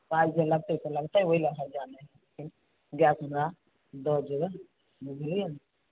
पाइ जे लगतै से लगतै ओहि लऽ हर्जा नहि छै गैस हमरा दऽ जयबै बुझलियै ने